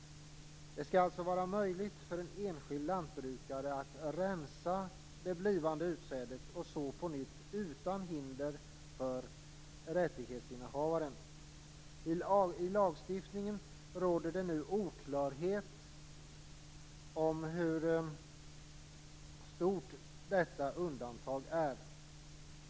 Det skall alltså vara möjligt för en enskild lantbrukare att rensa det blivande utsädet och så på nytt utan hinder för rättighetsinnehavaren. I lagstiftningen råder det nu oklarhet om hur omfattande detta undantag är.